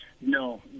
no